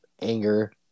anger